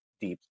deep